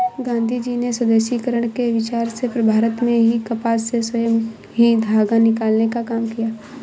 गाँधीजी ने स्वदेशीकरण के विचार से भारत में ही कपास से स्वयं ही धागा निकालने का काम किया